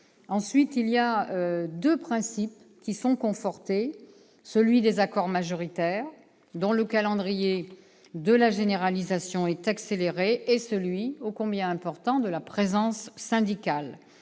réaffirmation de deux principes, celui des accords majoritaires, dont le calendrier de la généralisation est accéléré, et celui, ô combien important, de la présence syndicale.